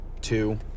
two